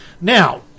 Now